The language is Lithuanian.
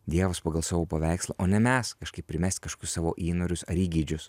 dievas pagal savo paveikslą o ne mes kažkaip primest kažkokius savo įnorius ar įgeidžius